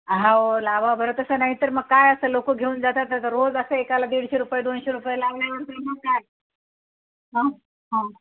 अहो लावा बरं तसं नाहीतर मग काय असं लोक घेऊन जातात असं रोज असं एकाला दीडशे रुपये दोनशे रुपये लावल्यावर मग काय